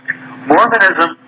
Mormonism